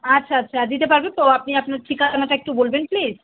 আচ্ছা আচ্ছা দিতে পারবে তো আপনি আপনার ঠিকানাটা একটু বলবেন প্লিস